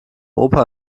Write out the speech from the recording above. opa